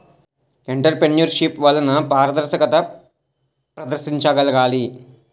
entrepreneurship వలన పారదర్శకత ప్రదర్శించగలగాలి